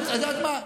את יודעת מה?